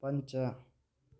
पञ्च